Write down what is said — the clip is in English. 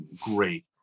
great